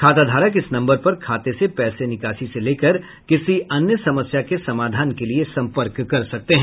खाताधारक इस नम्बर पर खाते से पैसे निकासी से लेकर किसी अन्य समस्या के समाधान के लिए सम्पर्क कर सकते हैं